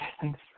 Thanks